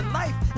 life